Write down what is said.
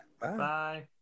Bye